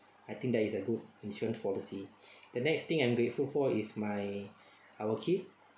I think that is a good insurance policy the next thing I'm grateful for is my our kid